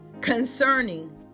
concerning